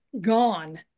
gone